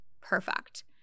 perfect